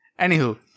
Anywho